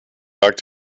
lag